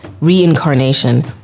reincarnation